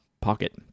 pocket